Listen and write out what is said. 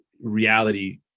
reality